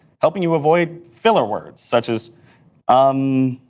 helping you avoid filler words such as um, ah.